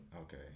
okay